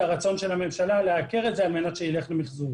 הרצון של הממשלה לעקר את זה על מנת שילך למחזור.